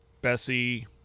Bessie